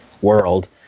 world